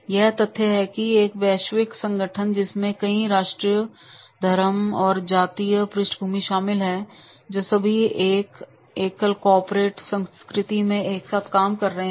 यह तथ्य है कि यह एक वैश्विक संगठन है जिसमें कई राष्ट्रीयताएं धर्म और जातीय पृष्ठभूमि शामिल हैं जो सभी एक एकल कॉर्पोरेट संस्कृति में एक साथ काम कर रहे हैं